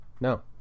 No